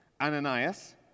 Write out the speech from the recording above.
Ananias